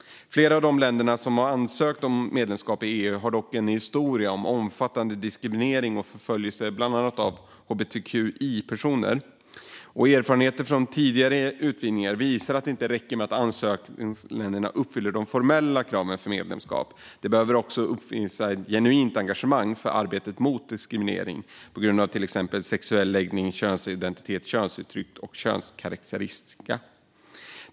Flera av de länder som ansökt om medlemskap i EU har dock en historia av omfattande diskriminering och förföljelse av bland andra hbtqi-personer. Erfarenheterna från EU:s tidigare utvidgningar visar att det inte räcker att ansökarländerna uppfyller de formella kraven för ett medlemskap. De behöver också uppvisa ett genuint engagemang för arbetet mot diskriminering på grund av sexuell läggning, könsidentitet, könsuttryck och könskarakteristika.